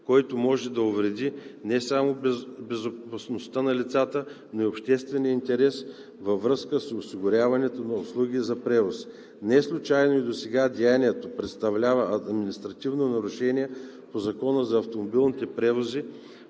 който може да увреди не само безопасността на лицата, но и обществения интерес във връзка с осигуряването на услуги за превоз. Неслучайно и досега деянието представлява административно нарушение по Закона за автомобилните превози,